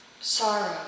Sorrow